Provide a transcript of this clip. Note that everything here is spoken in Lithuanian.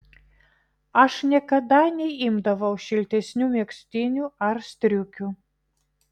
aš niekada neimdavau šiltesnių megztinių ar striukių